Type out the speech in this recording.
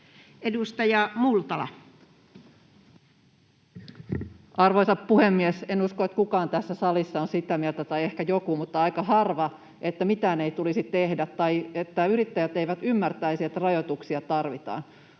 14:39 Content: Arvoisa puhemies! En usko, että kukaan tässä salissa on sitä mieltä, tai ehkä joku mutta aika harva, että mitään ei tulisi tehdä tai että yrittäjät eivät ymmärtäisi, että rajoituksia tarvitaan.